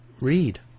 read